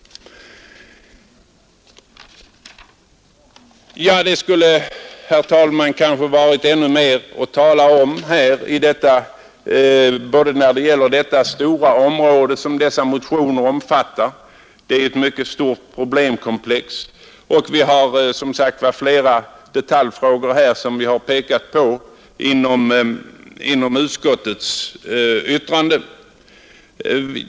Ja, det skulle kanske ha funnits ännu mer att tala om både när det gäller det stora område som motionerna omfattar — det är ett mycket stort problemkomplex — och när det gäller flera detaljfrågor som vi har pekat på i utskottets betänkande.